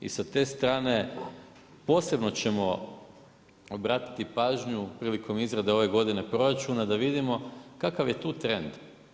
I sa te strane, posebno ćemo obratiti pažnju prilikom izrade ove godine proračuna, da vidimo kakav je tu trend.